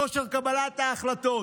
את כושר קבלת ההחלטות.